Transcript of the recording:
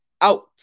out